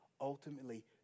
ultimately